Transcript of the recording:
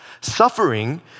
Suffering